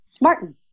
Martin